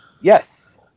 Yes